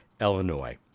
Illinois